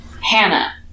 Hannah